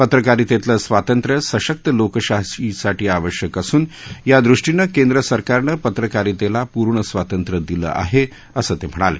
पत्रकारितेतलं स्वातंत्र्य सशक्त लोकशाहीसाठी आवश्यक असून त्या ृष्टीनं केंद्र सरकारनं पत्रकारितेला पूर्ण स्वातंत्र्य दिलं आहे असं ते म्हणाले